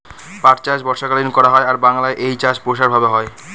পাট চাষ বর্ষাকালীন করা হয় আর বাংলায় এই চাষ প্রসার ভাবে হয়